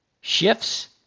Shifts